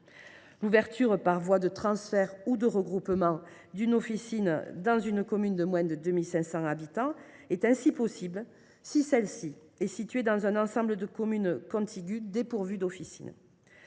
L’ouverture, par voie de transfert ou de regroupement, d’une officine dans une commune de moins de 2 500 habitants est ainsi possible si celle ci est située dans un ensemble de communes contiguës dépourvues d’officine.